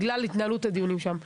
בגלל התנהלות הדיונים שם.